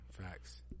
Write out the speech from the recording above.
facts